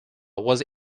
was